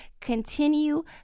Continue